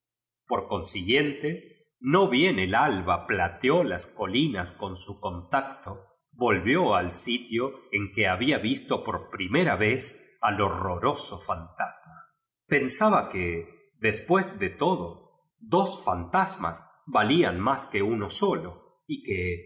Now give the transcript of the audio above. por consiguiente no bien el alba plateó hcolinas con sn contacto volvió al sitio en que había visto por primera vez al horroroso fantasma pensaba que después de todo dbs fantas mas valían más que uno solo y que con